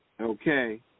Okay